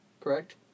Correct